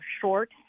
short